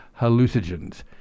hallucinogens